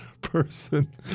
person